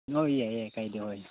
ꯍꯣꯏ ꯌꯥꯏ ꯌꯥꯏ ꯀꯥꯏꯗꯦ ꯍꯣꯏ